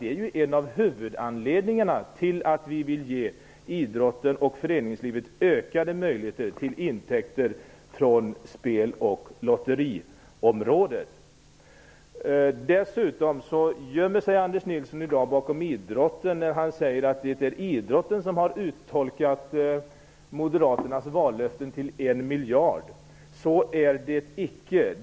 Det är ju en av huvudanledningarna till att vi vill ge idrotten och föreningslivet ökade möjligheter till intäkter från spel och lotteriområdet. Dessutom gömmer sig Anders Nilsson bakom idrotten, när han säger att det var idrottsrörelsen som uttolkade kostnaderna för Moderaternas vallöften till 1 miljard. Så var det icke.